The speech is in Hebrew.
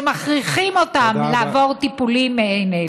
שמכריחים אותם לעבור טיפולים מעין אלו.